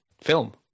film